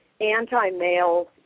anti-male